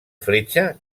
fletxa